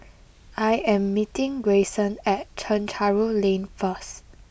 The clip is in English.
I am meeting Grayson at Chencharu Lane first